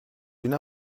d’une